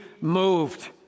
moved